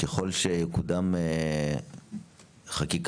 ככל שקודמה חקיקה,